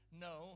no